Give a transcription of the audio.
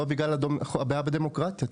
לא בגלל הבעיה בדמוקרטיה.